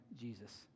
Jesus